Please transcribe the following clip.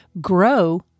grow